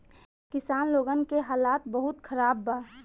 किसान लोगन के हालात बहुत खराब बा